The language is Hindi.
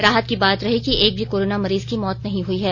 राहत की बात रही कि एक भी कोरोना मरीज की मौत नहीं हुई है